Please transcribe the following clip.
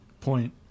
point